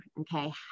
okay